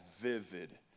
vivid